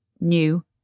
new